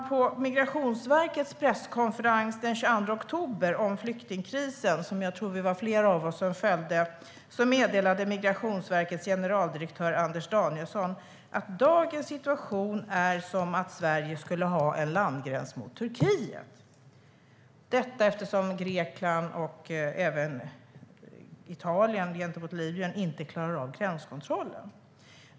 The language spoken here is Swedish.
På Migrationsverkets presskonferens om flyktingkrisen den 22 oktober, som jag tror att vi var flera som följde, meddelade Migrationsverkets generaldirektör Anders Danielsson att dagens situation är som att Sverige skulle ha en landgräns mot Turkiet - detta eftersom Grekland, och även Italien gentemot Libyen, inte klarar av gränskontrollen.